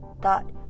thought